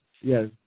Yes